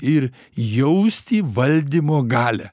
ir jausti valdymo galią